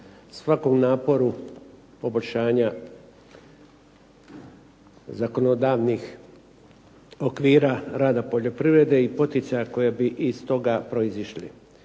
svakom naporu poboljšanja zakonodavnih okvira rada poljoprivrede i poticaja koji bi iz toga proizišli.